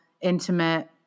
intimate